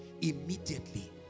immediately